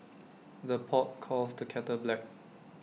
the pot calls the kettle black